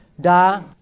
Da